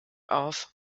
auf